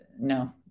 no